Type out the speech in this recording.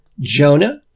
Jonah